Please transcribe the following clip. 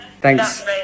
Thanks